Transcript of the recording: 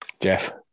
Jeff